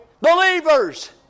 believers